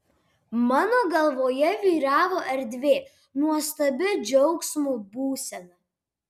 mano galvoje vyravo erdvė nuostabi džiaugsmo būsena